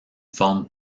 forme